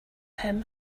him